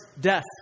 death